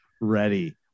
Ready